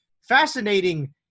fascinating